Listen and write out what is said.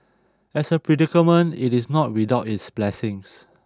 as a predicament it is not without its blessings